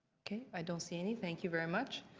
i don't see any. thank you very much.